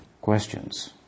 questions